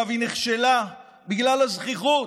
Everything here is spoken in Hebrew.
היא נכשלה בגלל הזחיחות,